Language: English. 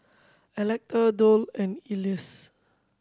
Electa Doll and Elease